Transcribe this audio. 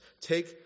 take